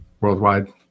worldwide